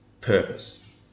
purpose